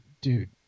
dude